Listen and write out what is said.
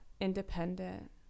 independent